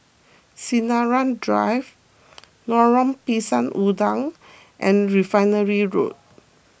Sinaran Drive Lorong Pisang Udang and Refinery Road